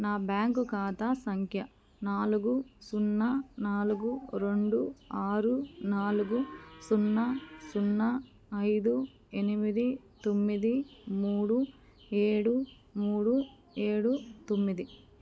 నా బ్యాంకు ఖాతా సంఖ్య నాలుగు సున్నా నాలుగు రెండు ఆరు నాలుగు సున్నా సున్నా ఐదు ఎనిమిది తొమ్మిది మూడు ఏడు మూడు ఏడు తొమ్మిది